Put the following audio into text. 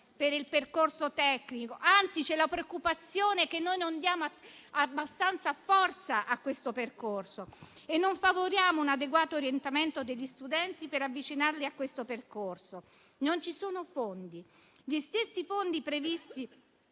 per il percorso tecnico. Anzi, c'è la preoccupazione che noi non diamo abbastanza forza a questo percorso e non favoriamo un adeguato orientamento degli studenti per avvicinarli ad esso. Non ci sono fondi. Gli stessi fondi previsti